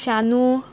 Shanu